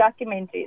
documentaries